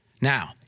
Now